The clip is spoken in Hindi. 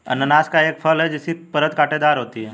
अनन्नास एक फल है जिसकी परत कांटेदार होती है